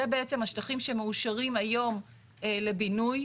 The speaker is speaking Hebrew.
זה בעצם השטחים שמאושרים היום לבינוי,